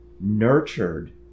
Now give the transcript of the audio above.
nurtured